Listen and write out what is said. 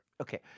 Okay